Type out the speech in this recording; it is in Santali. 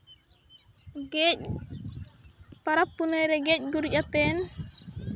ᱜᱮᱡ ᱯᱟᱨᱟᱵᱽ ᱯᱩᱱᱟᱭ ᱨᱮ ᱜᱮᱡ ᱜᱩᱨᱤᱪ ᱟᱛᱮᱱ